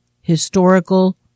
historical